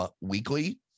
weekly